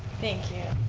thank you.